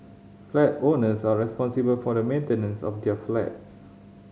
flat owners are responsible for the maintenance of their flats